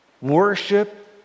Worship